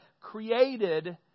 created